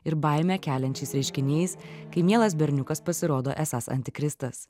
ir baimę keliančiais reiškiniais kai mielas berniukas pasirodo esąs antikristas